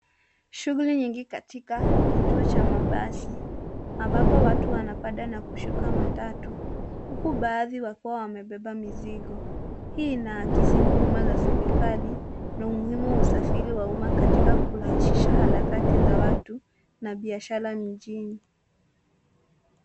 Shughuli nyingi katika kituo cha mabasi ambapo watu wanapanda na kushuka matatu huku baadhi wakiwa wamebeba mizigo. Hii inaakisi huduma za serikali na umuhimu wa usafiri wa umma katika kurahisisha harakati za watu na biashara mijini.